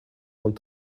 want